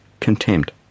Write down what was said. contempt